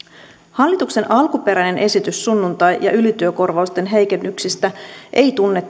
hallituksen alkuperäinen esitys sunnuntai ja ylityökorvausten heikennyksistä ei tunne